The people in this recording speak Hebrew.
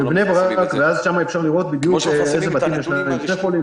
-- בבני-ברק אפשר לראות באיזה בתים יש שני חולים,